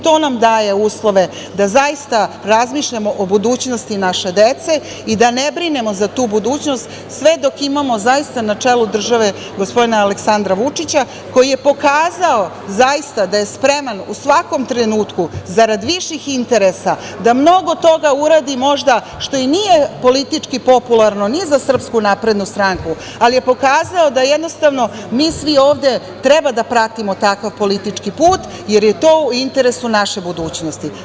To nam daje uslove da zaista razmišljamo o budućnosti naše dece i da ne brinemo za tu budućnost sve dok imamo zaista na čelu države gospodina Aleksandra Vučića, koji je pokazao zaista da je spreman u svakom trenutku zarad viših interesa da mnogo toga uradi možda što i nije politički popularno ni za SNS, ali je pokazao da jednostavno mi svi ovde treba da pratimo takav politički put, jer je to u interesu naše budućnosti.